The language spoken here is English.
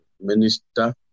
Minister